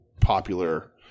popular